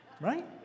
Right